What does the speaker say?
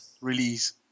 release